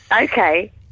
Okay